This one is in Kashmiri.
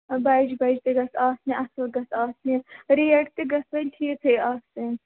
بَجہِ بَجہِ تہِ گٔژھِ آسنہِ اَصٕل گَژھِ آسنہِ ریٹ تہِ گَژھِ ؤنۍ ٹھیٖکھٕے آسٕنۍ